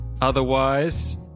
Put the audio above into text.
otherwise